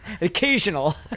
occasional